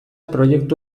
proiektu